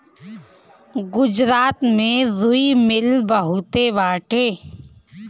गुजरात में रुई मिल बहुते बाटे